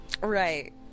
right